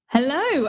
hello